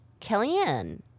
Kellyanne